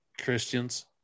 Christians